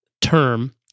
term